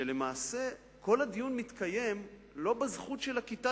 שלמעשה כל הדיון מתקיים לא בזכות של הכיתה